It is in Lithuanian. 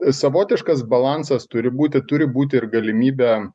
savotiškas balansas turi būti turi būti ir galimybė